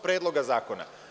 Predloga zakona.